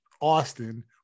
Austin